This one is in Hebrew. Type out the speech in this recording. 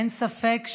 אין ספק,